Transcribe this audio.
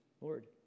lord